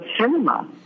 cinema